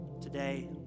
today